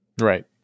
Right